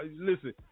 listen